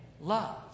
love